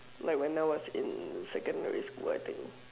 like when I was in secondary school I think